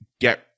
get